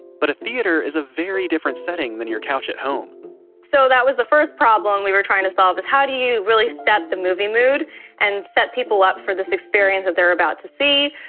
but a theater is a very different setting than your couch at home so that was the first problem we were trying to solve is how do you really set the movie mood and set people up for this experience that they're about to see,